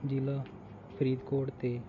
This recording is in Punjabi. ਜ਼ਿਲ੍ਹਾ ਫਰੀਦਕੋਟ 'ਤੇ